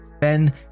Ben